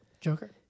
Joker